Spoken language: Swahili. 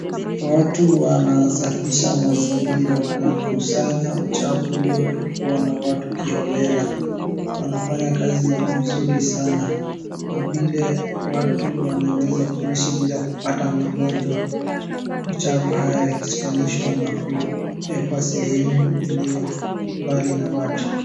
Watu wanasafisha mazingira, wanakusanya uchafu uliotupwa na watu kiholela. Wanafanya kazi mzuri sana kwa vile watu wanaweza kuishi bila kupata magonjwa. Uchafu haya yakishikanishwa na kuekwa sehemu iliyombali na watu.